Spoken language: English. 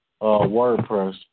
WordPress